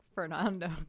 Fernando